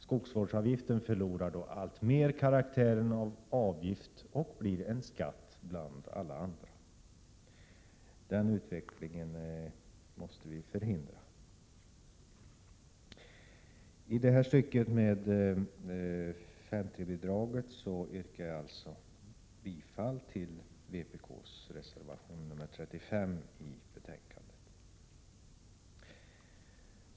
Skogsvårdsavgiften förlorar i så fall alltmer karaktären av avgift och blir en skatt bland alla andra. När det gäller 5§3-bidraget yrkar jag alltså bifall till vpk:s reservation nr 35 i betänkandet.